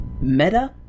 meta